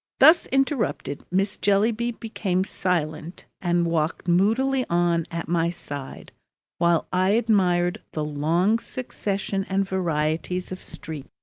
thus interrupted, miss jellyby became silent and walked moodily on at my side while i admired the long successions and varieties of streets,